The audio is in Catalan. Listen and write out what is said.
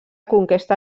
conquesta